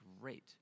great